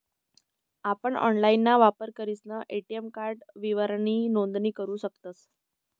आपण ऑनलाइनना वापर करीसन ए.टी.एम कार्ड विवरणनी नोंदणी करू शकतस